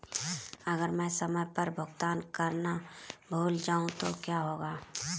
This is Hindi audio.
अगर मैं समय पर भुगतान करना भूल जाऊं तो क्या होगा?